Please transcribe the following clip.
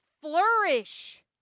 flourish